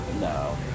No